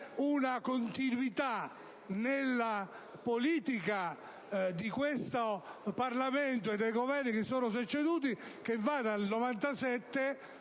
una continuità nella politica di questo Parlamento e dei Governi che si sono succeduti, che va dal 1997,